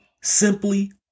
Simply